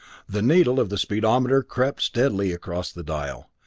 the needle of the speedometer crept steadily across the dial.